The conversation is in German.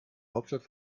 hauptstadt